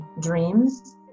dreams